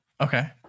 Okay